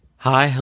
Hi